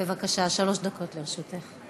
בבקשה, שלוש דקות לרשותך.